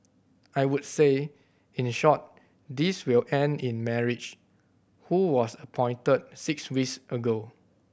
I would say in short this will end in marriage who was appointed six weeks ago